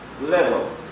level